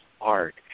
art